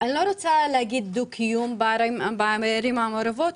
אני לא רוצה להגיד דו-קיום בערים המעורבות,